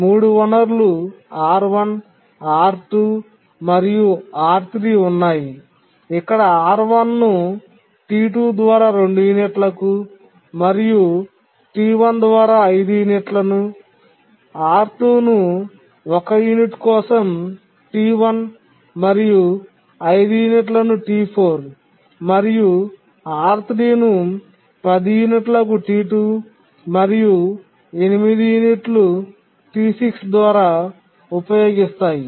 3 వనరులు R1 R2 మరియు R3 ఉన్నాయి ఇక్కడ R1 ను T2 ద్వారా 2 యూనిట్లకు మరియు T1 ద్వారా 5 యూనిట్లను R2 ను 1 యూనిట్ కోసం T1 మరియు 5 యూనిట్లను T4 మరియు R3 ను 10 యూనిట్లకు T2 మరియు 8 యూనిట్లు T6 ద్వారా ఉపయోగిస్తాయి